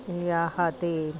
याः ते